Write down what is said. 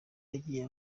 yagiye